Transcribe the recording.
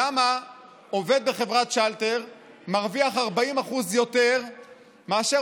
למה עובד בחברת שלטר מרוויח 40% יותר מאשר